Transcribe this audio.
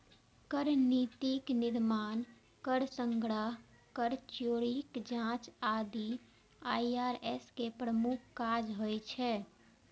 कर नीतिक निर्माण, कर संग्रह, कर चोरीक जांच आदि आई.आर.एस के प्रमुख काज होइ छै